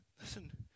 Listen